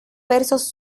versos